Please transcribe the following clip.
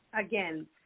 again